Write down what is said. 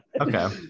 okay